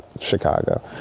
Chicago